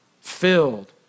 filled